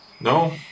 No